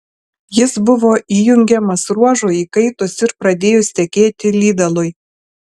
jis buvo įjungiamas ruožui įkaitus ir pradėjus tekėti lydalui